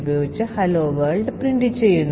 അത് ഫംഗ്ഷനുകളിൽ കാനറികൾ ഉൾപ്പെടുത്താൻ പ്രാപ്തമാക്കും